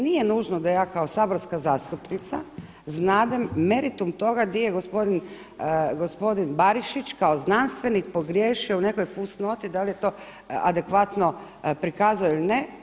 Nije nužno da ja kao saborska zastupnica znadem meritum toga gdje je gospodin Barišić kao znanstvenik pogriješio u nekoj fusnoti da li je to adekvatno prikazao ili ne.